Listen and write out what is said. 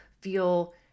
feel